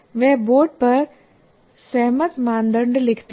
वह बोर्ड पर सहमत मानदंड लिखती है